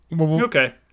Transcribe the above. Okay